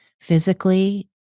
physically